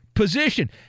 position